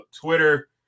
Twitter